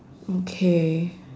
okay